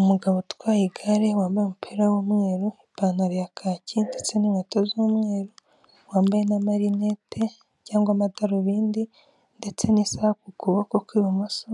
Umugabo utwaye igare wambaye umupira w'umweru, ipantaro ya kaki ndetse n'inkweto z'umweru wambaye n'amarinete cyangwa amadarubindi ndetse n'isaha ku kuboko kw'ibumoso